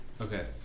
Okay